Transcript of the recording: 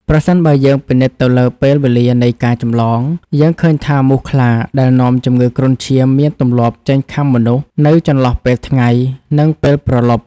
ប្រសិនបើយើងពិនិត្យទៅលើពេលវេលានៃការចម្លង យើងឃើញថាមូសខ្លាដែលនាំជំងឺគ្រុនឈាមមានទម្លាប់ចេញខាំមនុស្សនៅចន្លោះពេលថ្ងៃ និងពេលព្រលប់។